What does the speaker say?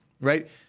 Right